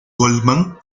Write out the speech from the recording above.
goldman